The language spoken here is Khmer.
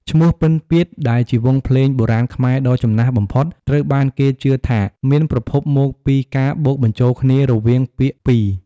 ឈ្មោះ "ពិណពាទ្យ" ដែលជាវង់ភ្លេងបុរាណខ្មែរដ៏ចំណាស់បំផុត ត្រូវបានគេជឿថាមានប្រភពមកពីការបូកបញ្ចូលគ្នារវាងពាក្យពីរ។